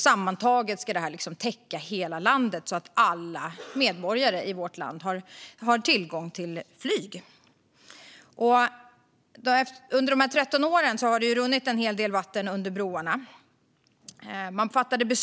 Sammantaget ska de täcka hela landet så att alla medborgare i vårt land har tillgång till flyg. Under de 13 åren har det runnit en hel del vatten under broarna.